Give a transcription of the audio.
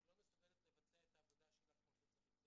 היא לא מסוגלת לבצע את העבודה שלה כמו שצריך.